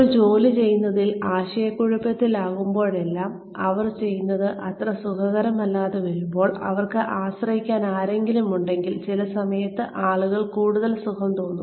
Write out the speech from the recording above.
ഒരു ജോലി ചെയ്യുന്നതിൽ ആശയക്കുഴപ്പത്തിലാകുമ്പോഴെല്ലാം അവർ ചെയ്യുന്നത് അത്ര സുഖകരമല്ലാതെ വരുമ്പോൾ അവർക്ക് ആശ്രയിക്കാൻ ആരെങ്കിലുമുണ്ടെങ്കിൽ ചില സമയങ്ങളിൽ ആളുകൾക്ക് കൂടുതൽ സുഖം തോന്നും